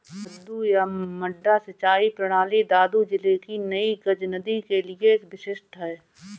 मद्दू या मड्डा सिंचाई प्रणाली दादू जिले की नई गज नदी के लिए विशिष्ट है